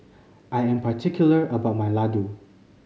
I am particular about my Ladoo